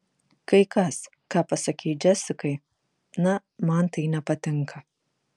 kai kas ką pasakei džesikai na man tai nepatinka